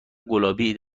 گلابی